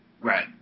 Right